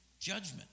judgment